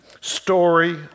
story